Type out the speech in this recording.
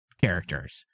characters